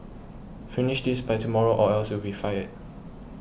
finish this by tomorrow or else you'll be fired